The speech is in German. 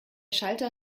schalter